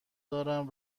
دارم